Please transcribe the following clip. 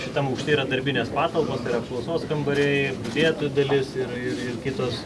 šitam aukšte yra darbinės patalpos apklausos kambariai budėtojų dalis ir ir ir kitos